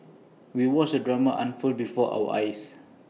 we watched the drama unfold before our eyes